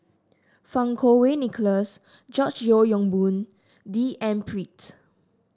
Fang Kuo Wei Nicholas George Yeo Yong Boon D N Pritt